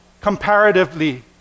comparatively